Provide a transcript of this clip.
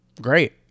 great